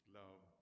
love